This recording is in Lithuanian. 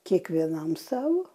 kiekvienam savo